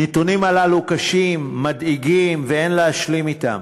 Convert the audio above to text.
הנתונים הללו קשים, מדאיגים, ואין להשלים אתם.